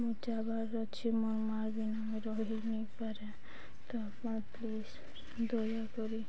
ମୁଁ ଚାବାର ଅଛି ମୋ ମାଆର୍ ବିନା ରହିବିନି ପାରେ ତ ଆପଣ ପ୍ଲିଜ ଦୟାକରି